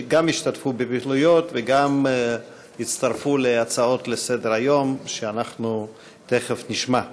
שגם השתתפו בפעילויות וגם הצטרפו להצעות לסדר-היום שאנחנו תכף נשמע.